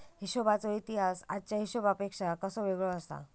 हिशोबाचो इतिहास आजच्या हिशेबापेक्षा कसो वेगळो आसा?